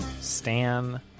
Stan